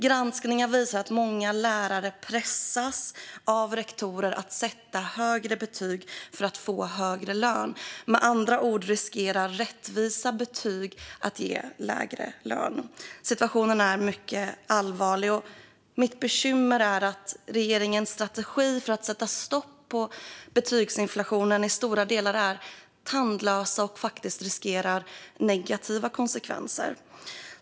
Granskningen visar att många lärare pressas av rektorer att sätta högre betyg för att få högre lön. Med andra ord riskerar rättvisa betyg att ge lägre lön. Situationen är mycket allvarlig. Mitt bekymmer är att regeringens strategi för att sätta stopp för betygsinflationen i stora delar är tandlös och faktiskt riskerar att få negativa konsekvenser.